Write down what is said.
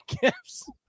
gifts